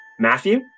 Matthew